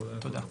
תודה.